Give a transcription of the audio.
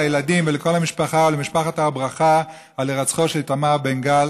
לילדים ולכל המשפחה ולמשפחת הר ברכה על הירצחו של איתמר בן גל,